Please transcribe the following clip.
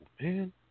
man